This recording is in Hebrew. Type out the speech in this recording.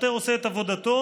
כשהשוטר עושה את עבודתו,